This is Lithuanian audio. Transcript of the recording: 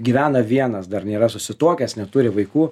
gyvena vienas dar nėra susituokęs neturi vaikų